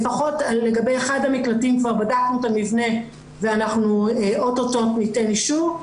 לפחות לגבי אחד מקלטים כבר בדקנו את המבנה ואנחנו אוטוטו ניתן אישור.